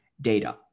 data